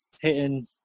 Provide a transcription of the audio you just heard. hitting